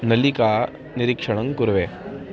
नलिकानिरीक्षणं कुर्वे